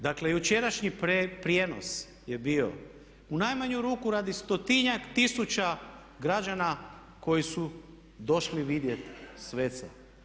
Dakle jučerašnji prijenos je bio u najmanju ruku radi 100-tinjak tisuća građana koji su došli vidjeti sveca.